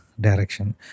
direction